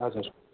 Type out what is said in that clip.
हजुर